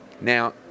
now